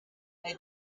their